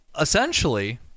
essentially